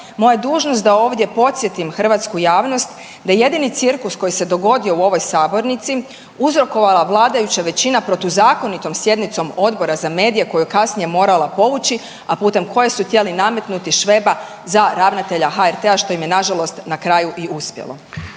Moja je dužnost da ovdje podsjetim hrvatsku javnost da jedini cirkus koji se dogodio u ovoj sabornici je uzrokovala vladajuća većina protuzakonitom sjednicom Odbora za medije koju je kasnije morala povući, a putem koje su htjeli nametnuti Šveba za ravnatelja HRT-a što im je na žalost na kraju i uspjelo.